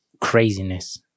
craziness